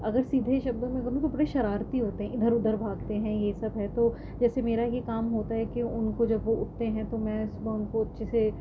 اگر سیدھے شبدوں میں کہوں تو بڑے شرارتی ہوتے ہیں ادھر ادھر بھاگتے ہیں یہ سب ہے تو جیسے میرا یہ کام ہوتا ہے کہ ان کو جب وہ اٹھتے ہیں تو میں صبح ان کو اچھے سے